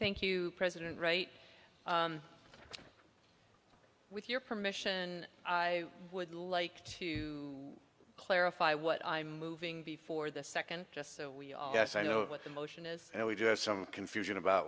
thank you president right with your permission i would like to clarify what i'm moving before the second just so we all yes i know what the motion is and we do have some confusion about